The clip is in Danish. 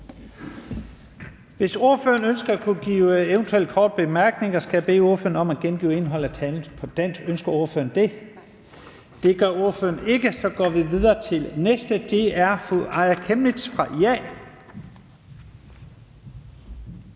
Hvis ordføreren ønsker at kunne få eventuelle korte bemærkninger, skal jeg bede ordføreren om at gengive indholdet af talen på dansk. Ønsker ordføreren det? Det gør ordføreren ikke. Så går vi videre til den næste, og det er fru Aaja Chemnitz fra IA.